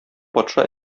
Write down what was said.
патша